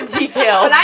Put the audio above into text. details